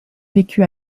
vécut